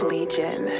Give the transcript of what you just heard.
Legion